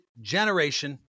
generation